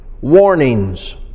warnings